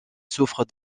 souffre